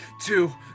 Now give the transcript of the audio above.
two